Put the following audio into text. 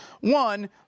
One